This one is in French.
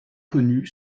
connu